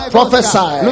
Prophesy